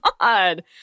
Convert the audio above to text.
God